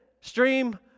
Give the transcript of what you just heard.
stream